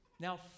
Now